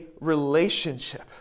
relationship